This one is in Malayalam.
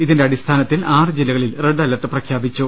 ഇതിന്റെ അടിസ്ഥാനത്തിൽ ആറ് ജില്ലകളിൽ റെഡ് അലർട്ട് പ്രഖ്യാപിച്ചു